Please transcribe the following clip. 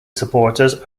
supporters